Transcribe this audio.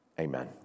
Amen